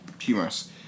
humorous